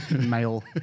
Male